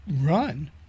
run